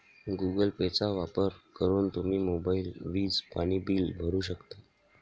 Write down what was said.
Google पेचा वापर करून तुम्ही मोबाईल, वीज, पाणी बिल भरू शकता